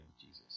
Jesus